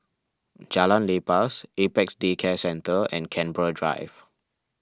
Jalan Lepas Apex Day Care Centre and Canberra Drive